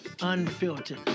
unfiltered